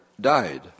died